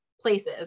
places